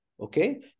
Okay